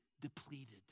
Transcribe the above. depleted